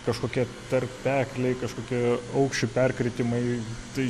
kažkokie tarpekliai kažkokie aukščių perkritimai tai